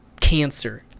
cancer